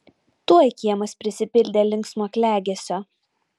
tuoj kiemas prisipildė linksmo klegesio